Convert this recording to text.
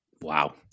Wow